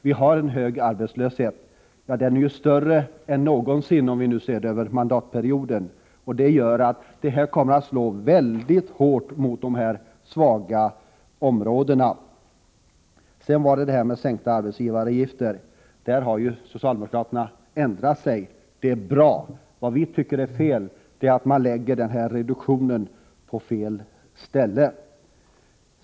Vi har en hög arbetslöshet, den är större än någonsin om man ser över mandatperioden. Det kommer att slå mycket hårt mot de svaga områdena. Beträffande sänkning av arbetsgivaravgifter har socialdemokraterna ändrat sig. Det är bra. Vad vi tycker är fel är att man lägger reduktionen på fel ställe.